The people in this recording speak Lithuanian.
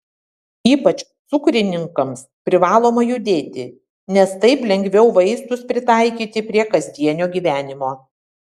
ypač cukrininkams privaloma judėti nes taip lengviau vaistus pritaikyti prie kasdienio gyvenimo